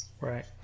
Right